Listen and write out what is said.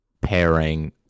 pairing